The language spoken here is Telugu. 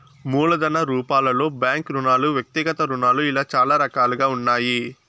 మూలధన రూపాలలో బ్యాంకు రుణాలు వ్యక్తిగత రుణాలు ఇలా చాలా రకాలుగా ఉన్నాయి